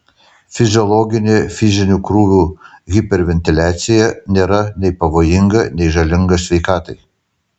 fiziologinė fizinių krūvių hiperventiliacija nėra nei pavojinga nei žalinga sveikatai